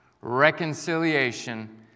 reconciliation